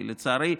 לצערי,